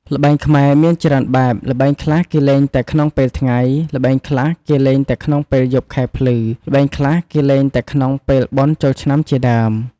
ល្បែងខ្មែរ មានច្រើនបែប ល្បែងខ្លះគេលេងតែក្នុងពេលថ្ងៃ ល្បែងខ្លះគេលេងតែក្នុងពេលយប់ខែភ្លឺ ល្បែងខ្លះគេលេងតែក្នុងពេលបុណ្យចូលឆ្នាំជាដើម។